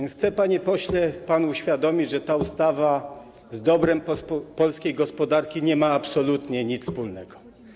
Chcę, panie pośle, panu uświadomić, że ta ustawa z dobrem polskiej gospodarki nie ma absolutnie nic wspólnego.